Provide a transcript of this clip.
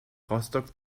rostock